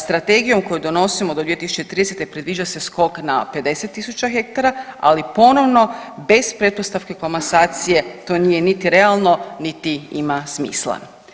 Strategijom koju donosimo do 2030. predviđa se skok na 50.000 hektara, ali ponovno bez pretpostavke komasacije to nije niti realno, niti ima smisla.